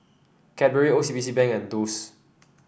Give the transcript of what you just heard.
Cadbury O C B C Bank and Doux